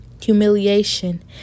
humiliation